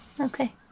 okay